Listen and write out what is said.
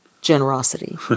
generosity